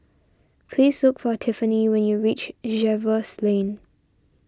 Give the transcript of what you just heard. please look for Tiffanie when you reach Jervois Lane